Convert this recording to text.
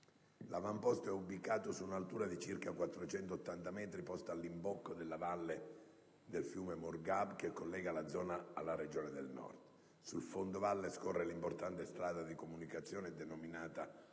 L'avamposto è ubicato su un'altura di circa 480 metri posta all'imbocco della valle del fiume Morghab che collega la zona alla regione del Nord. Sul fondovalle scorre l'importante strada di comunicazione denominata *Ring